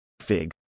fig